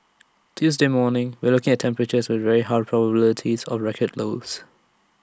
Tuesday morning we're looking at temperatures with very high probability of record lows